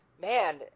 Man